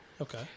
Okay